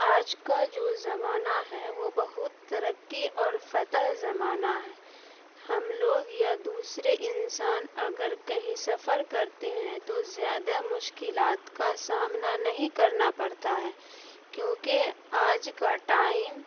آج کا جو زمانہ ہے وہ بہت ترقی اور فتح زمانہ ہے ہم لوگ یا دوسرے انسان اگر کہیں سفر کرتے ہیں تو زیادہ مشکلات کا سامنا نہیں کرنا پڑتا ہے کیونکہ آج کا ٹائم